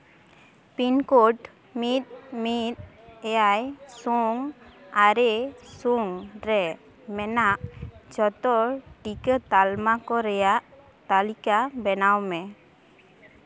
pin code ᱢᱤᱫ ᱢᱤᱫ ᱮᱭᱟᱭ ᱥᱩᱱ ᱟᱨᱮ ᱥᱩᱱ ᱨᱮ ᱢᱮᱱᱟᱜ ᱡᱚᱛᱚ ᱴᱤᱠᱟᱹ ᱛᱟᱞᱢᱟ ᱠᱚ ᱨᱮᱭᱟᱜ ᱛᱟᱞᱤᱠᱟ ᱵᱮᱱᱟᱣ ᱢᱮ